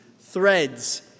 threads